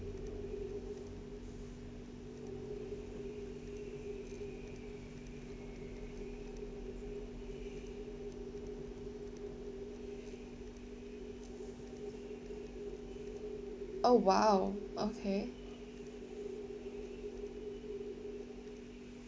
oh !wow! okay